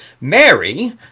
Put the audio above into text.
Mary